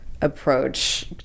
approach